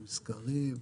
עם סקרים,